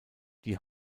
die